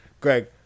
Greg